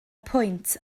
pwynt